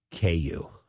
KU